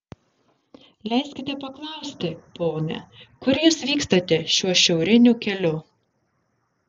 leiskite paklausti pone kur jūs vykstate šiuo šiauriniu keliu